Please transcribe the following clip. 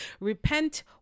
repent